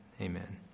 amen